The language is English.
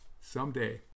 someday